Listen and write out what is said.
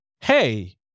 hey